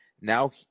Now